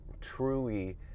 truly